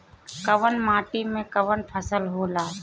कवन माटी में कवन फसल हो ला?